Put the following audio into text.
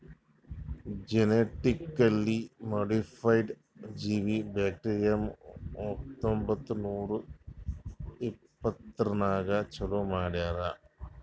genetically modified ಜೀವಿ bacterium ಹತ್ತೊಂಬತ್ತು ನೂರಾ ಎಪ್ಪತ್ಮೂರನಾಗ್ ಚಾಲೂ ಮಾಡ್ಯಾರ್